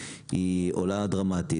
היא עולה דרמטית.